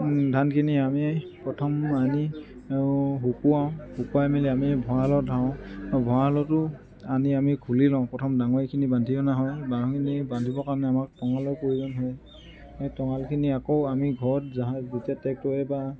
ধানখিনি আমি প্ৰথম আনি শুকুৱাওঁ শুকুৱাই মেলি আমি ভঁৰালত উঠাওঁ ভঁৰালতো আনি আমি খুলি লওঁ প্ৰথম ডাঙৰিখিনি বান্ধি অনা হয় ডাঙৰিখিনি বান্ধিবৰ কাৰণে আমাক টঙালৰ প্ৰয়োজন হয় সেই টঙালখিনি আকৌ আমি ঘৰত যা যেতিয়া টেক্টৰে বা